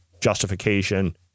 justification